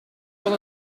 van